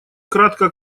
кратко